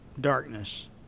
darkness